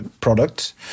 Products